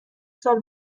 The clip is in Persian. سال